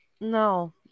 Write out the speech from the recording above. No